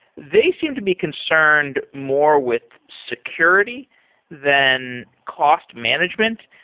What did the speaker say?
they seem to be concerned more with security than cost management.